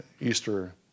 Easter